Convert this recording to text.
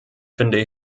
finde